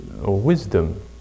wisdom